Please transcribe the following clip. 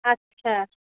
আচ্ছা